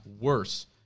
worse